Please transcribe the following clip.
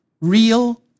real